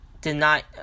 denied